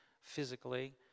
physically